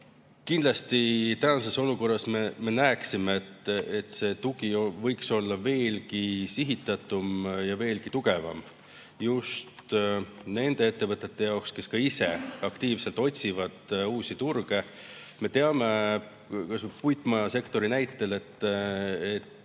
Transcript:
Kindlasti me tänases olukorras tahaksime, et see tugi võiks olla veelgi sihitatum ja veelgi tugevam just nendele ettevõtetele, kes ka ise aktiivselt otsivad uusi turge. Me teame puitmajasektori näitel, et